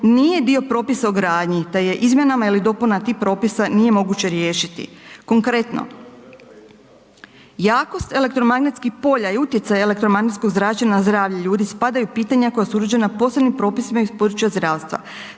nije dio propisa o gradnji te je izmjenama ili dopunama tih propisa nije moguće riješiti. Konkretno, jakost elektromagnetskih polja i utjecaja elektromagnetskog zračenja na zdravlje ljudi spadaju u pitanja koja su uređena posebnim propisima iz područja zdravstva